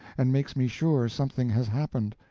and makes me sure something has happened.